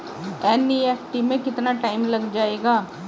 NEFT में कितना time लग जाएगा?